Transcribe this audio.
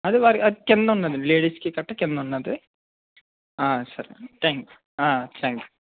అది వారి అది కింద ఉందండి లేడీస్కి గట్ట కింద ఉన్నాది సరే థ్యాంక్స్ థాంక్స్